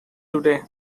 today